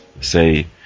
say